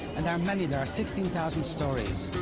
and there are many. there are sixteen thousand stories.